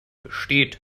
besteht